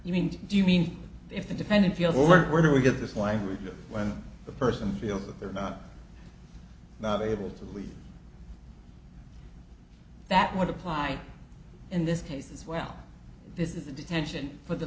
you mean to do you mean if the defendant feel or whether we give this language when the person feels that they're not not able to leave that would apply in this case as well this is a detention for the